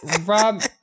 Rob